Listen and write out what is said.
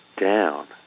down